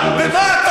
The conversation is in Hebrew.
בושה וחרפה.